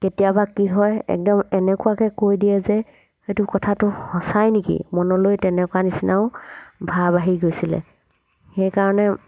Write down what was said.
কেতিয়াবা কি হয় একদম এনেকুৱাকৈ কৈ দিয়ে যে সেইটো কথাটো সঁচাই নেকি মনলৈ তেনেকুৱা নিচিনাও ভাব আহি গৈছিলে সেইকাৰণে